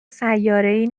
سیارهای